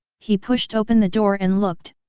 he pushed open the door and looked,